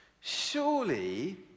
surely